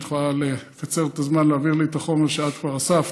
אם את יכולה לקצר את הזמן ולהעביר לי את החומר שאת כבר אספת,